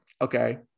Okay